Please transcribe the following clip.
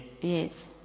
Yes